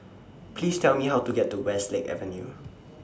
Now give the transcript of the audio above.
Please Tell Me How to get to Westlake Avenue